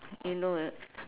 you know right